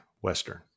Western